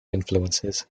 influences